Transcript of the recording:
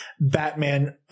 Batman